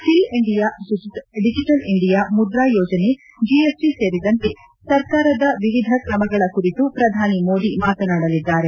skill India digital India Mudra ಯೋಜನೆ GST ಸೇರಿದಂತೆ ಸರ್ಕಾರದ ವಿವಿಧ ಕ್ರಮಗಳ ಕುರಿತು ಪ್ರಧಾನಿ ಮೋದಿ ಮಾತನಾಡಲಿದ್ದಾರೆ